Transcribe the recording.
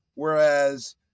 Whereas